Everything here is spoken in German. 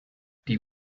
die